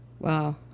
Wow